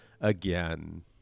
again